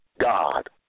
God